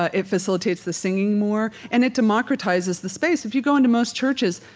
ah it facilitates the singing more, and it democratizes the space. if you go into most churches,